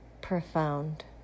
profound